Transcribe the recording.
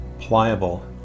pliable